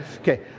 okay